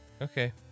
Okay